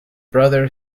brother